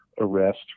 arrest